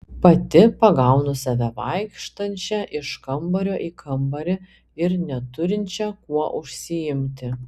pati pagaunu save vaikštančią iš kambario į kambarį ir neturinčią kuo užsiimti